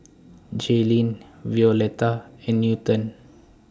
Jaelynn Violetta and Newton